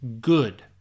good